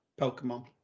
Pokemon